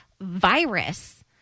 virus